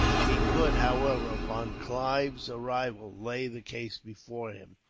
he could, however, upon clive's arrival, lay the case before him.